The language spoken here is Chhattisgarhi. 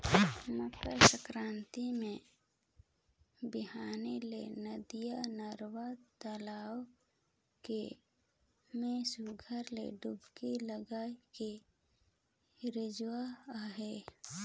मकर संकरांति मे बिहान ले नदिया, नरूवा, तलवा के में सुग्घर ले डुबकी लगाए के रिवाज अहे